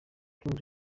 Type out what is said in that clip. kim